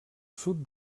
sud